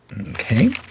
Okay